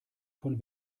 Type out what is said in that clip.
von